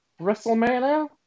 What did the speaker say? WrestleMania